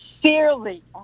sincerely